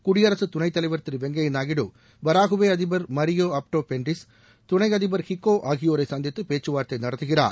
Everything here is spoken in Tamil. குடியரசு துணைத் தலைவர் திரு வெங்கைய நாயுடு பராகுவே அதிபர் மரியோ அப்டோ பென்டிஸ் துணை அதிபர் ஹிகோ ஆகியோரை சந்தித்து பேச்சுவார்த்தை நடத்துகிறார்